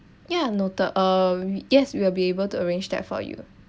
ya noted uh yes we'll be able to arrange that for you